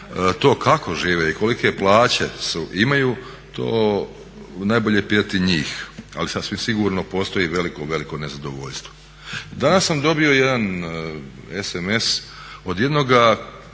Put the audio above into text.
to kako žive i kolike plaće imaju to najbolje je pitati njih, ali sasvim sigurno postoji veliko, veliko nezadovoljstvo. Danas sam dobio jedan sms od jednoga